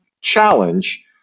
challenge